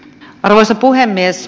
arvoisa puhemies